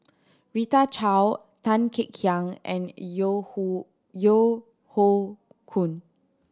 Rita Chao Tan Kek Hiang and Yeo Hoe Yeo Hoe Koon